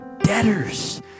debtors